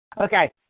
Okay